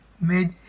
made